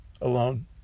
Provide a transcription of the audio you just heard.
alone